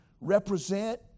represent